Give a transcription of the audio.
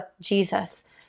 Jesus